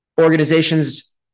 organizations